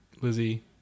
Lizzie